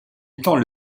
étant